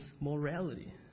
morality